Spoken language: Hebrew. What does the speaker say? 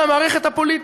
למערכת הפוליטית.